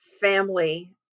family